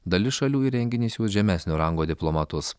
dalis šalių į renginį siųs žemesnio rango diplomatus